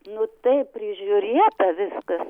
nu taip prižiūrėta viskas